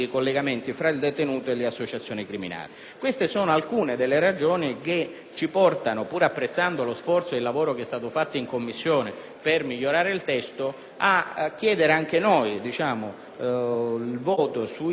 Queste sono alcune delle ragioni che ci portano, pur apprezzando lo sforzo che è stato fatto in Commissione per migliorare il testo, a chiedere anche noi un voto favorevole ai nostri emendamenti, che vanno nella direzione